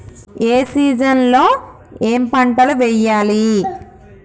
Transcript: ఏ season లో ఏం పంటలు వెయ్యాలి?